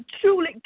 truly